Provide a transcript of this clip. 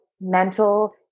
mental